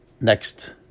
next